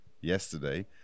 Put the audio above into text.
yesterday